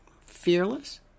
fearless